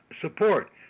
support